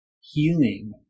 healing